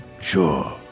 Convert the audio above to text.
Sure